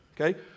Okay